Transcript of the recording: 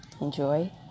enjoy